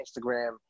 Instagram